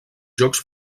jocs